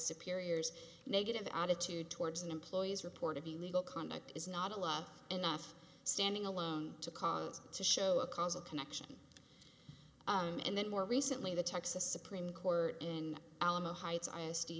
superiors negative attitude towards an employee's report of the legal conduct is not a love enough standing alone to cause to show a causal connection and then more recently the texas supreme court in alamo heights honesty